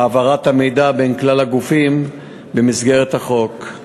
העברת המידע בין כלל הגופים במסגרת החוק.